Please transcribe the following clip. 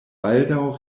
baldaŭ